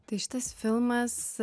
tai šitas filmas